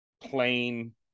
plain